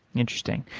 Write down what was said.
interesting.